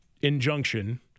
injunction